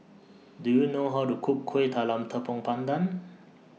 Do YOU know How to Cook Kuih Talam Tepong Pandan